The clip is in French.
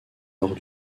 lors